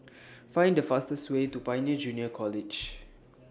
Find The fastest Way to Pioneer Junior College